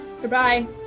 Goodbye